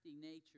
nature